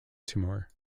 timur